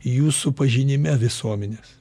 jūsų pažinime visuomenės